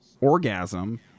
orgasm